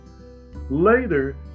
Later